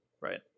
Right